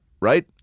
right